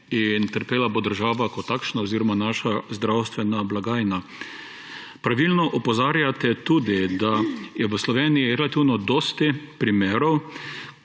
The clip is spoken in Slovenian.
in trpela bo država kot takšna oziroma naša zdravstvena blagajna. Pravilno opozarjate tudi, da je v Sloveniji relativno dosti primerov,